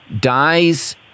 dies